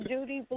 Judy